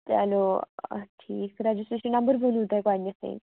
چلو آ ٹھیٖک رَجیسٹریشن نمبر ووٚنوٕ تۄہہِ گۄڈنیٚتھٕے